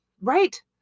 right